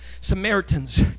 Samaritans